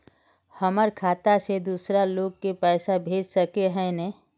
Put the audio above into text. हमर खाता से दूसरा लोग के पैसा भेज सके है ने?